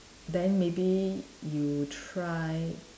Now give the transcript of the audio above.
then maybe you try